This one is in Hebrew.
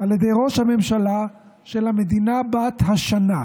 על ידי ראש הממשלה של המדינה בת השנה,